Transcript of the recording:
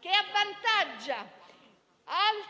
che avvantaggia altri Stati